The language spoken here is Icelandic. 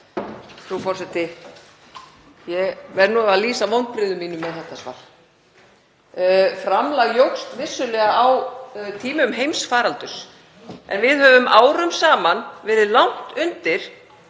Frú forseti. Ég verð nú að lýsa vonbrigðum mínum með þetta svar. Framlag jókst vissulega á tímum heimsfaraldurs en við höfum árum saman verið langt undir